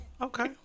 okay